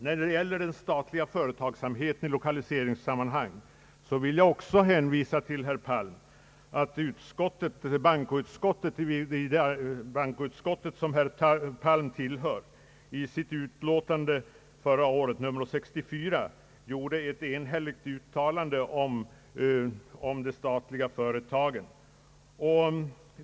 När det gäller den statliga företagsamheten i lokaliseringssammanhang vill jag också hänvisa till att bankoutskottet, som herr Palm tillhör, i sitt utlåtande förra året, nr 64, gjorde ett enhälligt uttalande om de statliga företagen.